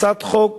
הצעת חוק